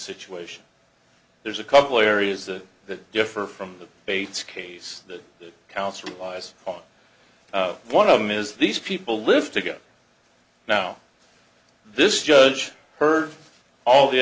situation there's a couple areas that that differ from the bates case that counts relies on one of them is these people live together now this judge heard all the